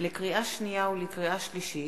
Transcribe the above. לקריאה שנייה ולקריאה שלישית: